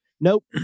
Nope